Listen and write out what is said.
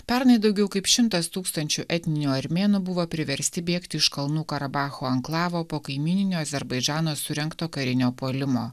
pernai daugiau kaip šimtas tūkstančių etninių armėnų buvo priversti bėgti iš kalnų karabacho anklavo po kaimyninio azerbaidžano surengto karinio puolimo